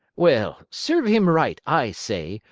well, serve him right, i say,